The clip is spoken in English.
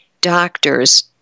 doctors